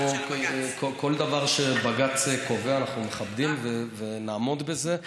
כל דבר שבג"ץ קובע אנחנו מכבדים, ונעמוד בזה.